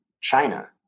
China